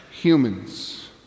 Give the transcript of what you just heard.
Humans